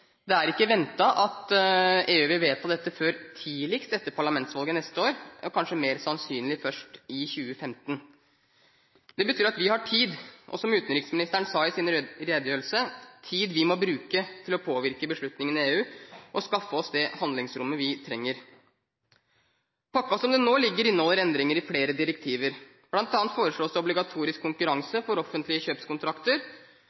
Det er ikke ventet at EU vil vedta dette før tidligst etter parlamentsvalget neste år, kanskje mer sannsynlig først i 2015. Det betyr at vi har tid, og, som utenriksministeren sa i sin redegjørelse, det er tid vi må bruke til å påvirke beslutningen i EU og skaffe oss det handlingsrommet vi trenger. Pakken, som den nå ligger, inneholder endringer i flere direktiver. Blant annet foreslås det obligatorisk